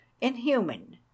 inhuman